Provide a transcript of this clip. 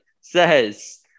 Says